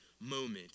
moment